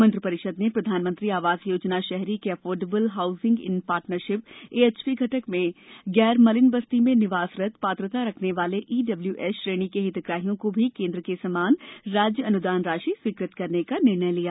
मंत्रि परिषद ने प्रधानमंत्री आवास योजना शहरी के affordable housing in partnership AHP घटक में गैर मलिन बस्ती में निवासरत पात्रता रखने वाले ईडब्ल्यूएस श्रेणी के हितग्राहियों को भी केन्द्र के समान राज्य अनुदान राशि स्वीकृत करने का निर्णय लिया